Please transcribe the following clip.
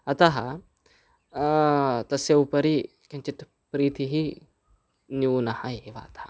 अतः तस्य उपरि किञ्चित् प्रीतिः न्यूना एव अतः